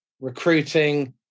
recruiting